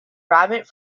rabbit